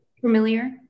Familiar